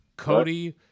Cody